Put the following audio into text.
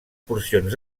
porcions